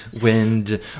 wind